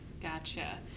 Gotcha